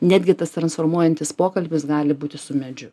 netgi tas transformuojantis pokalbis gali būti su medžiu